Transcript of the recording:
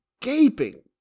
gaping